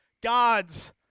God's